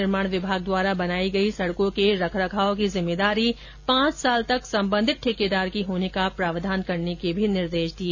उन्होंने सार्वजनिक निर्माण विभाग द्वारा बनवाई गई सड़कों के रख रखाव की जिम्मेदारी पांच साल तक सम्बन्धित ठेकेदार की होने का प्रावधान करने के निर्देश दिए